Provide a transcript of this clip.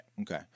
Okay